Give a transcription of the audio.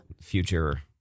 Future